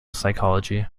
psychology